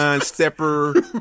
stepper